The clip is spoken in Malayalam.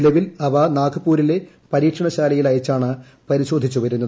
നിലവിൽ അവ നാഗ്പൂരിലെ പരീക്ഷണശാലയിൽ അയച്ചാണ് പരിശോധിച്ചു വരുന്നത്